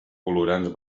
colorants